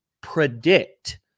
predict